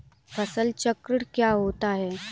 फसल चक्रण क्या होता है?